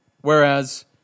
whereas